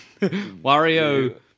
Wario